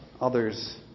others